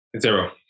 Zero